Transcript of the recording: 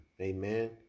Amen